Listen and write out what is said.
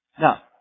Now